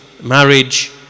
marriage